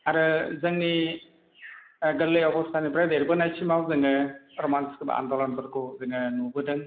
आरो जोंनि गोरलै अबस्थानिफ्राय देरबोनायसिमाव जोङो रमान स्क्रिप्ट आनदालनफोरखौ जोङो नुबोदों